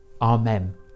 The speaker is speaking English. Amen